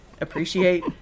appreciate